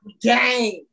game